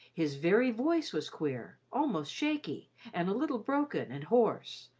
his very voice was queer, almost shaky and a little broken and hoarse,